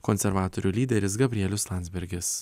konservatorių lyderis gabrielius landsbergis